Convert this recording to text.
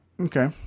Okay